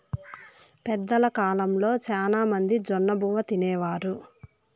పెద్దల కాలంలో శ్యానా మంది జొన్నబువ్వ తినేవారు